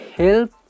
help